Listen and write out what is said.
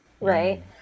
right